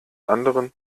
anderen